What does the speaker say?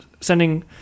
Sending